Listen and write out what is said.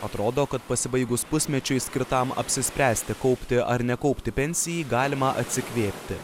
atrodo kad pasibaigus pusmečiui skirtam apsispręsti kaupti ar nekaupti pensijai galima atsikvėpti